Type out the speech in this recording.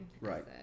Right